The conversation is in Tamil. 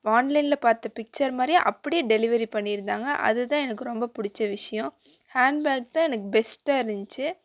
ஆன்லைனில் பார்த்த பிக்ச்சர் மாதிரியே அப்படியே டெலிவரி பண்ணிருந்தாங்கள் அது தான் எனக்கு ரொம்ப பிடிச்ச விஷயம் ஹேண்ட் பேக் தான் எனக்கு பெஸ்ட்டாக இருந்திச்சு